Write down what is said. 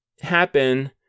happen